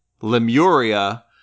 Lemuria